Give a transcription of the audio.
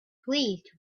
pleased